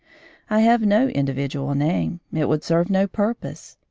i have no individual name it would serve no purpose.